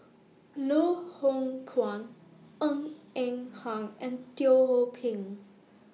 Loh Hoong Kwan Ng Eng Hang and Teo Ho Pin